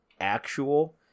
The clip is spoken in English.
actual